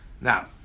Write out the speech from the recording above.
Now